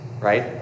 right